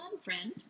friend